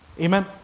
Amen